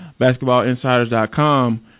BasketballInsiders.com